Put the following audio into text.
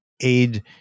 aid